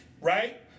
right